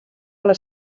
les